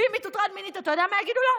ואם היא תוטרד מינית, אתה יודע מה יגידו לה?